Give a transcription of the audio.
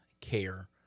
care